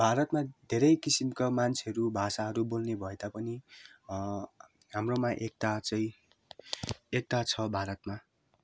भारतमा धेरै किसिमका मान्छेहरू भाषाहरू बोल्ने भए तापनि हाम्रोमा एकता चाहिँ एकता छ भारतमा